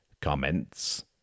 comments